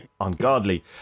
ungodly